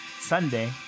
Sunday